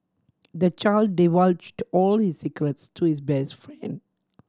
the child divulged all his secrets to his best friend